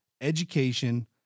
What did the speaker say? education